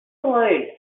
alone